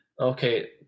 okay